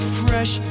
fresh